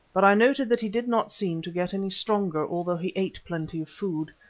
but i noted that he did not seem to get any stronger, although he ate plenty of food.